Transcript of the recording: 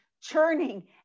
churning